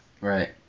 Right